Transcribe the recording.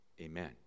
amen